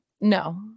no